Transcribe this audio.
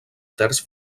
terç